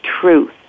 truth